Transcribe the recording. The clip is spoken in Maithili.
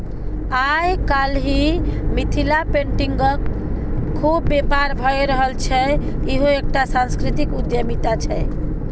आय काल्हि मिथिला पेटिंगक खुब बेपार भए रहल छै इहो एकटा सांस्कृतिक उद्यमिता छै